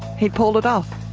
he pulled it off.